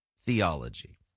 theology